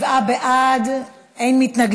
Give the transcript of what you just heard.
ההצעה להעביר את הצעת